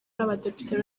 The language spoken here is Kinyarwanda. abadepite